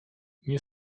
nie